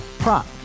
Prop